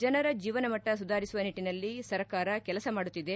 ಜನರ ಜೀವನ ಮಟ್ಲ ಸುಧಾರಿಸುವ ನಿಟ್ಲಿನಲ್ಲಿ ಸರ್ಕಾರ ಕೆಲಸ ಮಾಡುತ್ತಿದೆ